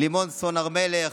לימור סון הר מלך,